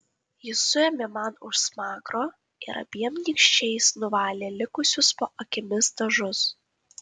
jis suėmė man už smakro ir abiem nykščiais nuvalė likusius po akimis dažus